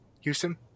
Houston